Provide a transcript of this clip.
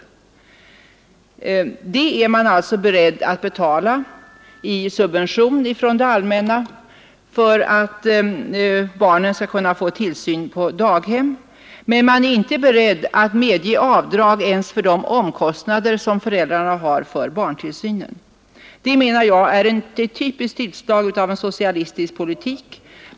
Så mycket är man alltså beredd att betala i subvention från det allmänna för att barnen skall kunna få tillsyn på daghem, men man är inte beredd att medge avdrag ens för de omkostnader som föräldrarna har för barntillsynen. Det menar jag är ett typiskt utslag av en socialistisk politik.